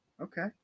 Okay